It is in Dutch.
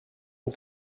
een